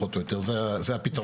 זה פחות או יותר היה הפתרון שלו.